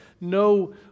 no